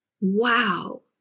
Wow